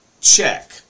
check